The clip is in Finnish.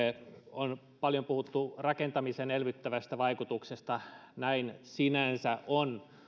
on paljon puhuttu rakentamisen elvyttävästä vaikutuksesta näin sinänsä on